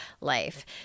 life